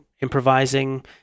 improvising